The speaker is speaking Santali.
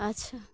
ᱟᱪᱪᱷᱟ